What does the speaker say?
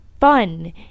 fun